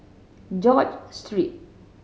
George Street